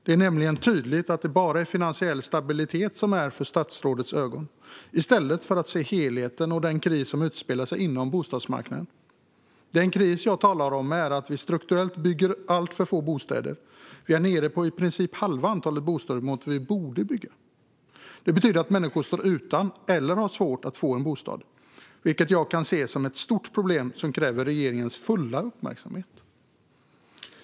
Det är nämligen tydligt att statsrådet bara har finansiell stabilitet för ögonen i stället för att han ser helheten och den kris som råder på bostadsmarknaden. Den kris jag talar om är att vi bygger alltför få bostäder. Vi bygger i princip hälften så många bostäder som vi borde. Det betyder att människor står utan eller har svårt att få en bostad, vilket jag ser som ett stort problem som kräver regeringens fulla uppmärksamhet.